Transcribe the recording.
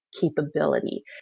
capability